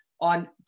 on